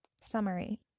Summary